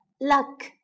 Luck